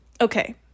Okay